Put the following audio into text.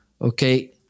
Okay